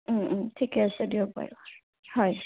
ঠিকে আছে দিয়ক বাৰু হয়